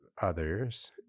others